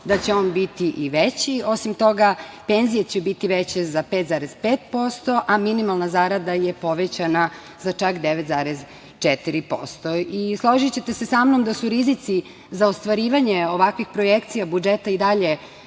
da će on biti i veći. Osim toga, penzije će biti veće za 5,5%, a minimalna zarada je povećana za čak 9,4%.Složićete se sa mnom da su rizici za ostvarivanje ovakvih projekcija budžeta i dalje